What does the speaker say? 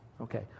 Okay